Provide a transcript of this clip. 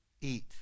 eat